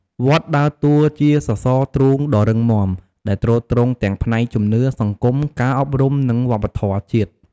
វត្តដើរតួជាសសរទ្រូងដ៏រឹងមាំ ដែលទ្រទ្រង់ទាំងផ្នែកជំនឿ សង្គម ការអប់រំ និងវប្បធម៌ជាតិ។